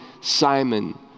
Simon